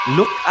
Look